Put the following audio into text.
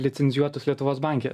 licenzijuotos lietuvos banke